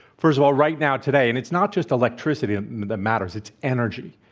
first of all, right now today and it's not just electricity and that matters, it's energy,